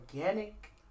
organic